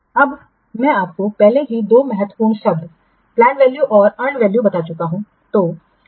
अब मैं आपको पहले ही दो महत्वपूर्ण शब्द पलैंड वैल्यू और अर्न वैल्यू बता चुका हूँ